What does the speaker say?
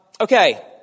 Okay